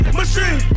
machine